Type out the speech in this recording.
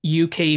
UK